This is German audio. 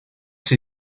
sie